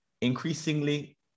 increasingly